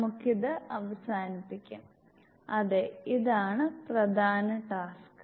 നമുക്ക് ഇത് അവസാനിപ്പിക്കാം അതെ ഇതാണ് പ്രധാന ടാസ്ക്